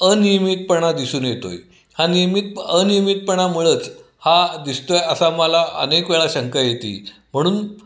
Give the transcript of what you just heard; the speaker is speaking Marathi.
अनियमितपणा दिसून येतो आहे हा नियमितप अनियमितपणामुळंच हा दिसतो आहे असं आम्हाला अनेक वेळा शंका येते म्हणून